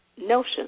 notion